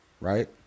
right